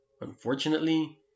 Unfortunately